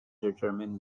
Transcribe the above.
determine